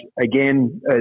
again